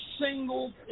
single